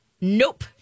Nope